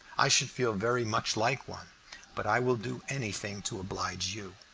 i should feel very much like one but i will do anything to oblige you.